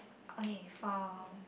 okay for